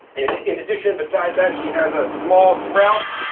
in addition, besides that, she has ah small sprouts,